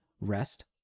rest